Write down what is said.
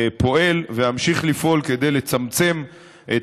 אני פועל ואמשיך לפעול כדי לצמצם את